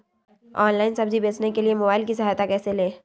Online सब्जी बेचने के लिए मोबाईल की सहायता कैसे ले?